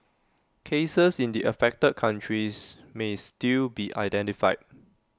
cases in the affected countries may still be identified